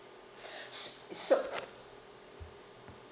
s~ so